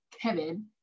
Kevin